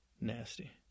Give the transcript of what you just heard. nasty